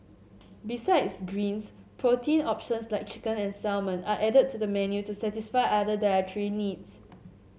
besides greens protein options like chicken and salmon are added to the menu to satisfy other dietary needs